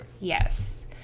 yes